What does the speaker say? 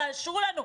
תאשרו לנו,